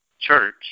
Church